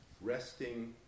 resting